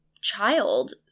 child